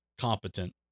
competent